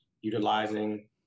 utilizing